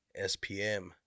SPM